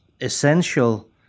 essential